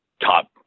top